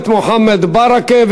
ועדת חוקה.